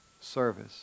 Service